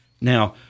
Now